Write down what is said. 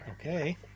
Okay